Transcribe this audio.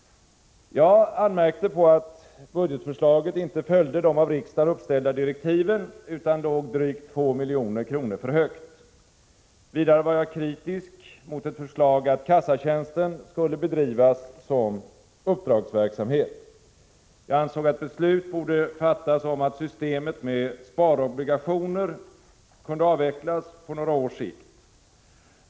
Jag anmärkte på att budgetförslaget inte följde de av riksdagen uppställda direktiven utan låg drygt 2 milj.kr. för högt. Vidare var jag kritisk mot ett förslag att kassatjänsten skulle bedrivas som uppdragsverksamhet. Jag ansåg att beslut borde fattas om att systemet med sparobligationer kunde avvecklas på några års sikt.